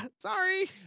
sorry